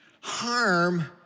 harm